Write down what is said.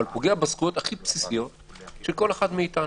אבל פוגע בזכויות הכי בסיסיות של כל אחד מאתנו,